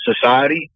society